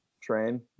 train